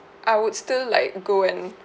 I would still like go and